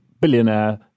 billionaire